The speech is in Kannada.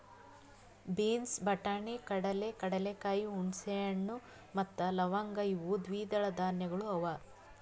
ಬೀನ್ಸ್, ಬಟಾಣಿ, ಕಡಲೆ, ಕಡಲೆಕಾಯಿ, ಹುಣಸೆ ಹಣ್ಣು ಮತ್ತ ಲವಂಗ್ ಇವು ದ್ವಿದಳ ಧಾನ್ಯಗಳು ಅವಾ